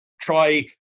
Try